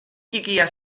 ttikia